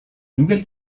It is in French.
nouvelle